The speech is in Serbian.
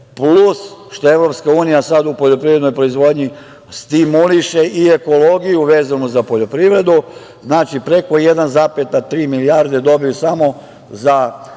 plus što EU sada u poljoprivrednoj proizvodnji stimuliše i ekologiju vezano za poljoprivredu, znači preko 1,3 milijarde dobiju samo za rural i